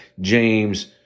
James